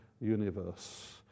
universe